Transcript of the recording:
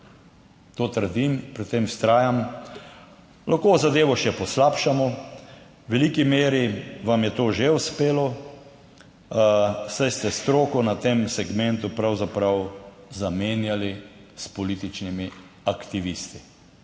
To trdim, pri tem vztrajam. Lahko zadevo še poslabšamo. V veliki meri vam je to že uspelo, saj ste stroko na tem segmentu pravzaprav zamenjali s političnimi aktivisti,